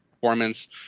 performance